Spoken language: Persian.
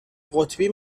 قطبی